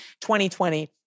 2020